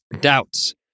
doubts